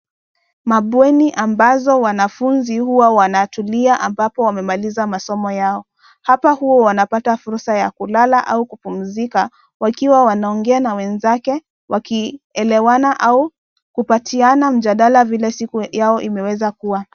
Mabweni ambazo wanafunzi huwa wanatulia ambapo wamemaliza masomo yao, hapa huwa wanapata fursa ya kulala, au kupumzika, wakiwa wanaongea na wenzake, wakielewana, au kupatiana mjadala vile siku yao imeweza kuwa.